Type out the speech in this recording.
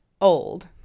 old